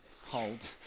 hold